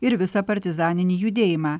ir visą partizaninį judėjimą